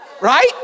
Right